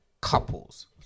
couples